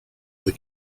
they